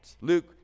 Luke